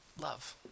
love